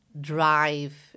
drive